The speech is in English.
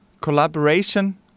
collaboration